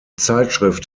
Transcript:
zeitschrift